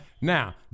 now